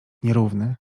nierówny